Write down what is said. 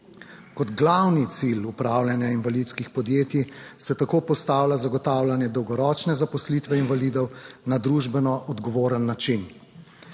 Kot glavni cilj upravljanja invalidskih podjetij se tako postavlja zagotavljanje dolgoročne zaposlitve invalidov na družbeno odgovoren način.